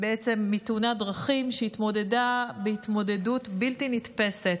מתאונת דרכים, שהתמודדה בהתמודדות בלתי נתפסת.